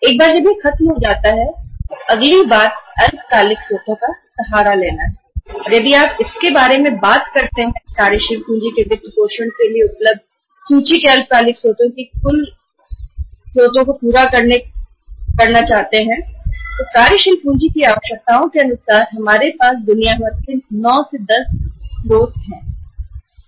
एक बार जब यह समाप्त हो जाता है तो अगली बार अल्पकालिक स्रोतों का सहारा लेना है और यदि आप कार्यशील पूंजी की आवश्यकताओं को पूरा करने के लिए अल्पकालिक वित्त स्रोतों की सूची की बात करते हैं तो हमारे पास दुनिया भर में 910 स्रोत उपलब्ध है